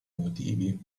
motivi